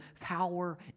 power